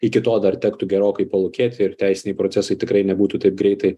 iki to dar tektų gerokai palūkėti ir teisiniai procesai tikrai nebūtų taip greitai